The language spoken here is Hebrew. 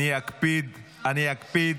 אני אקפיד על הזמנים.